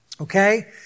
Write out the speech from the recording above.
Okay